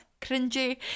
cringy